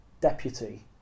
Deputy